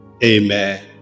Amen